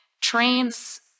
trains